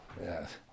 Yes